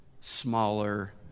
smaller